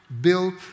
built